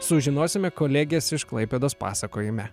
sužinosime kolegės iš klaipėdos pasakojime